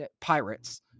pirates